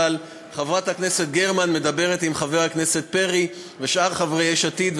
אבל חברת הכנסת גרמן מדברת עם חבר הכנסת פרי ושאר חברי יש עתיד,